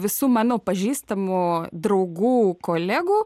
visų mano pažįstamų draugų kolegų